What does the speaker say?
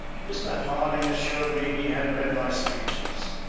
mr. harding assured me he had read my speeches.